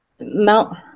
Mount